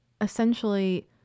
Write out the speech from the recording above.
essentially